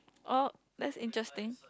orh that's interesting